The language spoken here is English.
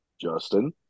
Justin